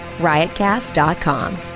Riotcast.com